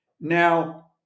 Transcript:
Now